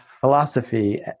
philosophy